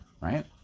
right